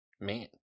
man